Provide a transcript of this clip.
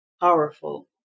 Powerful